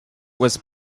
was